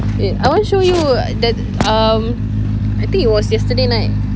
wait I want show you that um I think it was yesterday night